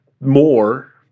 more